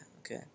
Okay